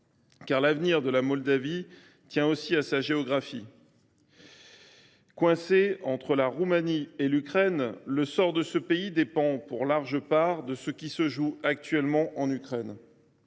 Car l’avenir de Moldavie tient aussi à sa géographie : coincée entre la Roumanie et l’Ukraine, son sort dépend pour une large part de ce qui se joue actuellement en Ukraine.